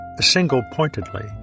single-pointedly